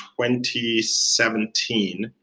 2017